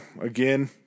again